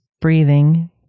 breathing